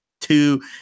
two